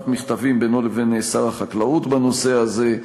מכתבים בינו לבין שר החקלאות בנושא הזה.